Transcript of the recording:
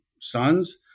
sons